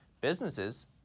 businesses